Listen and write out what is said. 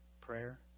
prayer